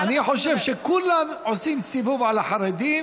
אני חושב שכולם עושים סיבוב על החרדים.